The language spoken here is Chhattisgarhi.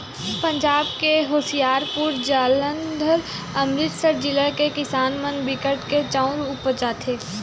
पंजाब के होसियारपुर, जालंधर, अमरितसर जिला के किसान मन बिकट के चाँउर उपजाथें